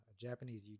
Japanese